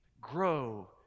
grow